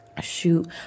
Shoot